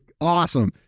awesome